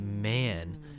man